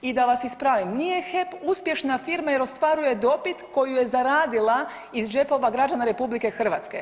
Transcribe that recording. I da vas ispravim, nije HEP uspješna firma jer ostvaruje dobit koju je zaradila iz džepova građana RH.